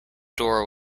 door